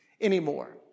anymore